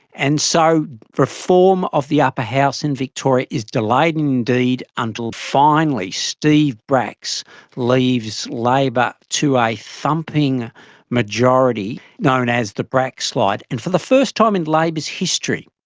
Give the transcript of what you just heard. and so reform of the upper house in victoria is delayed indeed and till finally steve bracks leads labor to a thumping majority known as the bracks-slide. and for the first time in labor's history,